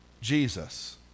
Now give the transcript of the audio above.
Jesus